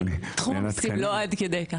תחום המיסים לא עד כדי כך.